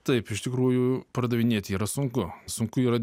taip iš tikrųjų pardavinėti yra sunku sunku yra